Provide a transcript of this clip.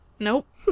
nope